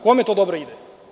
Kome to dobro ide?